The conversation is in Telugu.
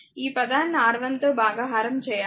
ఈ పదాన్ని R1 తో భాగహారం చేయాలి